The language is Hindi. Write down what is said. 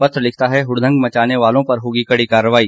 पत्र लिखता है हुड़दंग मचाने वालों पर होगी कड़ी कार्रवाई